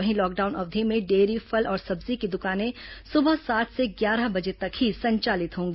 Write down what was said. वहीं लॉकडाउन अवधि में डेयरी फल और सब्जी की दुकानें सुबह सात से ग्यारह बजे तक ही संचालित होंगी